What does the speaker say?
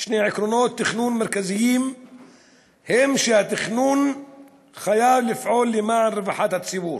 שני עקרונות תכנון מרכזיים הם שהתכנון חייב לפעול למען רווחת הציבור,